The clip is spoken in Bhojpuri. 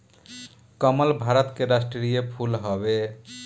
कमल भारत के राष्ट्रीय फूल हवे